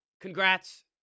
congrats